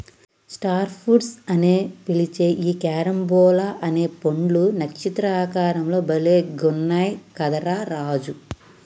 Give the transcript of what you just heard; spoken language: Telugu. స్టార్ ఫ్రూట్స్ అని పిలిచే ఈ క్యారంబోలా అనే పండ్లు నక్షత్ర ఆకారం లో భలే గున్నయ్ కదా రా రాజు